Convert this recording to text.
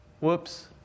Whoops